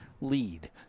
lead